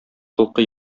холкы